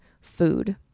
food